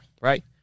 right